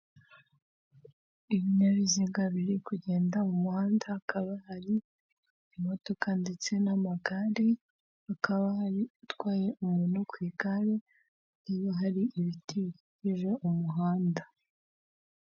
Ibinyabiziga biri kugenda mu muhanda, hakaba hari imodoka ndetse n'amagare, hakaba hari utwaye umuntu ku igare, hakaba hari n'ibiti bikikije umuhanda.